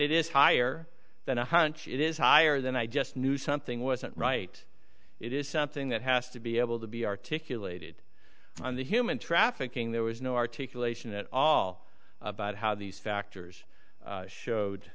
it is higher than a hunch it is higher than i just knew something wasn't right it is something that has to be able to be articulated on the human trafficking there was no articulation at all about how these factors showed